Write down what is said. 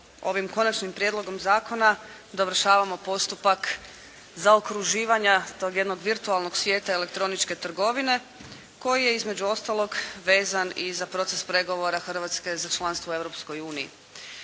ovim Konačnim prijedlogom zakona dovršavamo postupak zaokruživanja tog jednog virtualnog svijeta elektroničke trgovine koji je između ostalog vezan i za proces pregovora Hrvatske za članstvo u